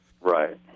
Right